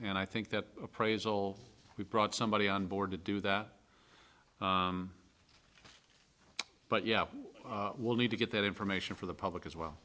and i think that appraisal we've brought somebody on board to do that but yeah we'll need to get that information for the public as well